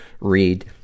read